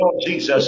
Jesus